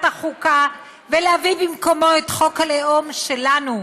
החוקה ולהביא במקומו את חוק הלאום שלנו,